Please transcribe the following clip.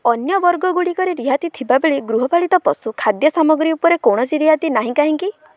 ଅନ୍ୟ ବର୍ଗଗୁଡ଼ିକରେ ରିହାତି ଥିବାବେଳେ ଗୃହପାଳିତ ପଶୁ ଖାଦ୍ୟ ସାମଗ୍ରୀ ଉପରେ କୌଣସି ରିହାତି ନାହିଁ କାହିଁକି